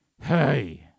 hey